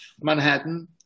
Manhattan